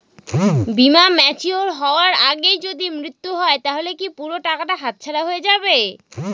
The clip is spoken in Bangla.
বীমা ম্যাচিওর হয়ার আগেই যদি মৃত্যু হয় তাহলে কি পুরো টাকাটা হাতছাড়া হয়ে যাবে?